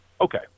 Okay